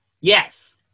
Yes